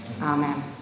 Amen